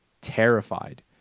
terrified